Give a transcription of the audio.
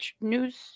news